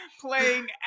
playing